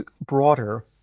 broader